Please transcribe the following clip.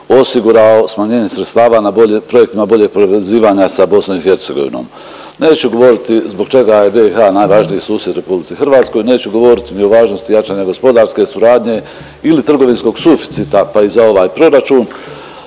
osigurao smanjenjem sredstava na projektima boljeg povezivanja sa BiH. Neću govoriti zbog čega je BiH najvažniji susjed u Republici Hrvatskoj, neću govoriti ni o važnosti jačanja gospodarske suradnje ili trgovinskog suficita pa i za ovaj proračun,